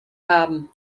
haben